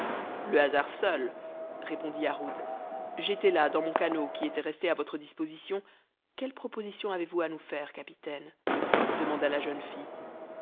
le hasard seul répondit yarhud j'étais la dans mon canot qui était resté à votre disposition quelle proposition avez-vous à nous faire capitaine demanda la jeune fille